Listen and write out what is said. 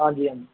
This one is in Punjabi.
ਹਾਂਜੀ ਹਾਂਜੀ